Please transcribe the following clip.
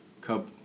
Cup